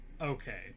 Okay